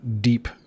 deep